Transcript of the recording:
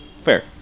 Fair